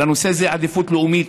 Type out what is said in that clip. לנושא זה עדיפות לאומית,